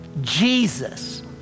Jesus